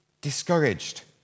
discouraged